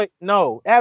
No